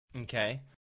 Okay